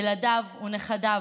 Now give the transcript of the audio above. ילדיו ונכדיו,